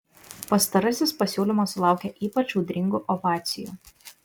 pastarasis pasiūlymas sulaukė ypač audringų ovacijų